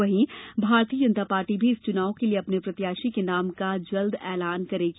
वहीं भारतीय जनता पार्टी भी इस चुनाव के लिए अपने प्रत्याशी के नाम का जल्द ऐलान करेगी